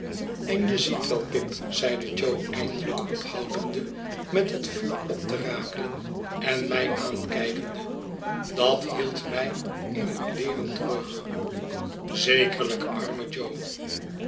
en je ziet wel pip zeide jo eindelijk ophoudende met het vuur op te rakelen en mij aankijkende dat hield mij in het leeren terug zekerlijk arme jo